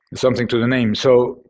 something to the name. so